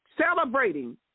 celebrating